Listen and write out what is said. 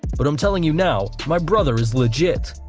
but i'm telling you now, my brother is legit.